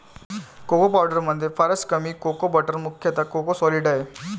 cocoa पावडरमध्ये फारच कमी कोको बटर मुख्यतः कोको सॉलिड आहे